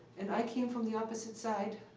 and i came from the opposite side.